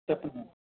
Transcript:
చెప్పండి మేడం